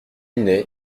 n’est